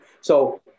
So-